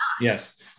Yes